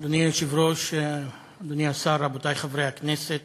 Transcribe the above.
אדוני היושב-ראש, אדוני השר, רבותי חברי הכנסת,